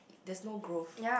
there's no growth